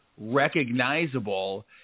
recognizable